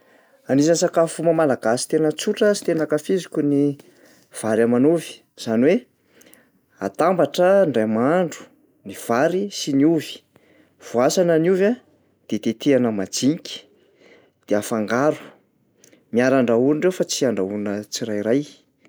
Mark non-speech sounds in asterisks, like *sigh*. Anisan'ny sakafo maha-malagasy tena tsotra sy tena *noise* ankafiziko ny vary aman'ovy, zany hoe atambatra indray mahandro ny vary sy ny ovy. Voasana ny ovy a, de tetehana majinika de afangaro, miara-andrahoina ireo fa tsy andrahoina tsirairay.